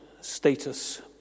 Status